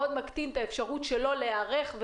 זה דבר שמאוד מקטין את האפשרות שלו להיערך.